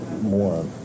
more